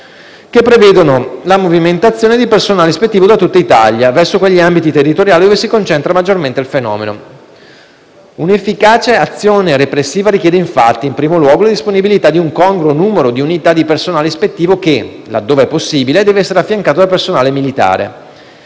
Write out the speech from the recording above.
che prevedono la movimentazione di personale ispettivo da tutta Italia verso quegli ambiti territoriali dove si concentra maggiormente il fenomeno. Un'efficace azione repressiva richiede infatti, in primo luogo, le disponibilità di un congruo numero di unità di personale ispettivo che, laddove possibile, deve essere affiancato da personale militare.